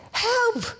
help